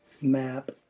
Map